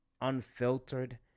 unfiltered